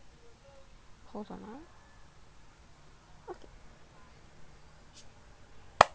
hold on ah okay